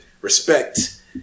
respect